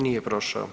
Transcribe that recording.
Nije prošao.